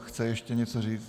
Chce ještě něco říct?